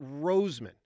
Roseman